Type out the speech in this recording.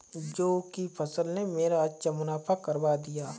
जौ की फसल ने मेरा अच्छा मुनाफा करवा दिया